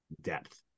depth